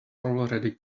already